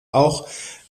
auch